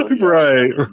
Right